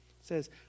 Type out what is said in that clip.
says